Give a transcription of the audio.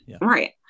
Right